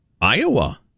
Iowa